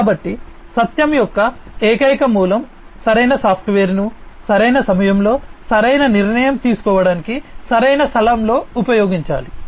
కాబట్టి సత్యం యొక్క ఈ ఏకైక మూలం సరైన సాఫ్ట్వేర్ను సరైన సమయంలో సరైన నిర్ణయం తీసుకోవడానికి సరైన స్థలంలో ఉపయోగించాలి